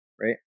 right